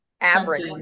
average